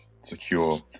secure